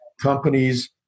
companies